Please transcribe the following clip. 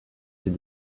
ses